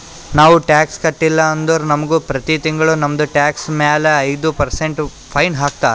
ನಾವು ಟ್ಯಾಕ್ಸ್ ಕಟ್ಟಿಲ್ಲ ಅಂದುರ್ ನಮುಗ ಪ್ರತಿ ತಿಂಗುಳ ನಮ್ದು ಟ್ಯಾಕ್ಸ್ ಮ್ಯಾಲ ಐಯ್ದ ಪರ್ಸೆಂಟ್ ಫೈನ್ ಹಾಕ್ತಾರ್